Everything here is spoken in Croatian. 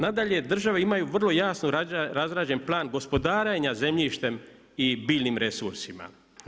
Nadalje, države imaju jasno razrađen plan gospodarenja zemljištem i biljnim resursima.